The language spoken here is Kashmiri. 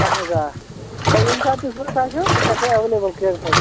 اَہن حظ آ تُہۍ ییٚمہِ ساتہٕ تہِ ضوٚرت آسیو أسۍ ہٮ۪کو ایولیبل کٔرِتھ حظ